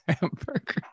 hamburger